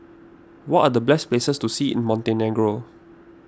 what are the best places to see in Montenegro